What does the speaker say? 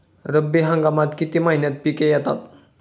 रब्बी हंगामात किती महिन्यांत पिके येतात?